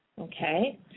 Okay